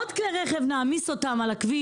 עוד כלי רכב נעמיס על הכבישים,